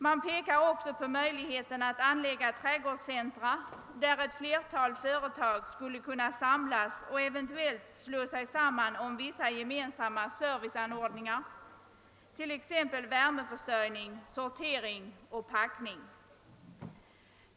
Man pekar också på möjligheten att anlägga trädgårdscentra, där ett flertal företag skulle kunna samlas och eventuellt slå sig samman om vissa gemensamma serviceanordningar för t.ex. värmeförsörjning, sortering och packning.